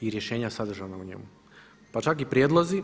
i rješenja sadržana u njemu, pa čak i prijedlozi.